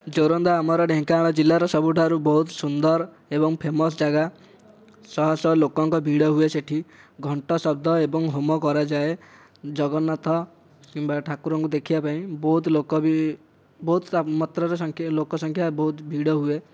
ଯୋରନ୍ଦା ଆମର ଢେଙ୍କାନାଳ ଜିଲ୍ଲାର ସବୁଠାରୁ ବହୁତ ସୁନ୍ଦର ଏବଂ ଫେମସ୍ ଜାଗା ସହ ସହ ଲୋକଙ୍କ ଭିଡ଼ ହୁଏ ସେଇଠି ଘଣ୍ଟ ଶବ୍ଦ ଏବଂ ହୋମ କରାଯାଏ ଜଗନ୍ନାଥ କିମ୍ବା ଠାକୁରଙ୍କୁ ଦେଖିବା ପାଇଁ ବହୁତ ଲୋକ ବି ବହୁତ ମାତ୍ରାରେ ଲୋକ ସଂଖ୍ୟା ବହୁତ ଭିଡ଼ ହୁଏ